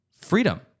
freedom